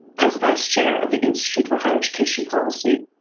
as vice chair of the institute for higher education policy,